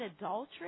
adultery